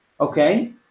Okay